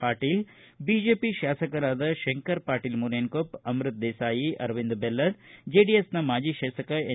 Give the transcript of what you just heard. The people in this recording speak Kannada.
ಪಾಟೀಲ ಬಿಜೆಪಿ ಶಾಸಕರಾದ ಶಂಕರ ಪಾಟೀಲ ಮುನೇನಕೊಪ್ಪ ಅಮೃತ ದೇಸಾಯಿ ಅರವಿಂದ ಬೆಲ್ಲದ ಜೆಡಿಎಸ್ನ ಮಾಜಿ ಶಾಸಕ ಎನ್